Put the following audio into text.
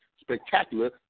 spectacular